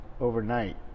overnight